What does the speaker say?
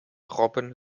robben